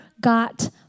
got